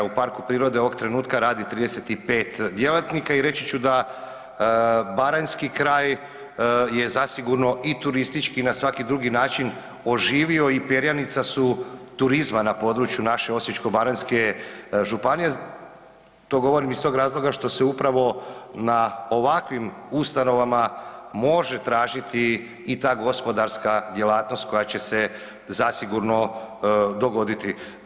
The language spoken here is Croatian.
U parku prirode ovog trenutka radi 35 djelatnika i reći ću da baranjski kraj je zasigurno i turistički i na svaki drugi način oživio i perjanica su turizma na području naše osječko-baranjske županije, to govorim iz tog razloga što se upravo na ovakvim ustanovama može tražiti i ta gospodarska djelatnost koja će se zasigurno dogoditi.